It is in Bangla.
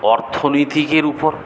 অর্থনীতির উপর